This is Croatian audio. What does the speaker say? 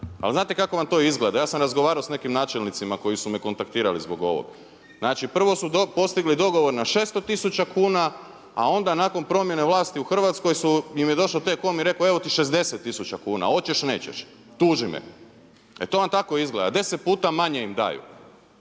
ali znate kako vam to izgleda? Ja sam razgovarao sa nekim načelnicima koji su me kontaktirali zbog ovog. Znači, prvo su postigli dogovor na 600 tisuća kuna a onda nakon promjene vlasti u Hrvatskoj im je došao T-COM i rekao 60 tisuća kuna, oćeš-nećeš, tuži me. E to vam tako izgleda, 10 puta manje im daju.